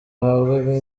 bahabwaga